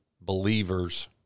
believers